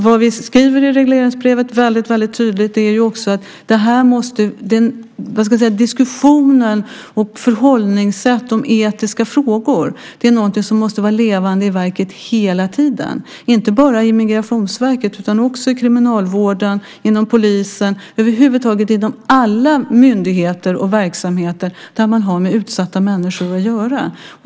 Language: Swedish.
Vi skriver i regleringsbrevet väldigt tydligt att diskussioner och förhållningssätt i etiska frågor måste vara levande i verket hela tiden, inte bara i Migrationsverket utan också inom kriminalvården, inom polisen och över huvud taget inom alla myndigheter och verksamheter där man har med utsatta människor att göra.